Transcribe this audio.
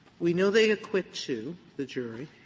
we know they acquit two, the jury,